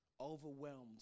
overwhelmed